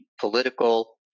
political